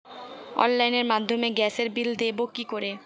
অনলাইনের মাধ্যমে গ্যাসের বিল দেবো কি করে?